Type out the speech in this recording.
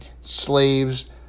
slaves